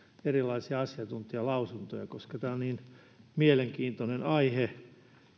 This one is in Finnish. erilaisia asiantuntijalausuntoja koska tämä on niin mielenkiintoinen aihe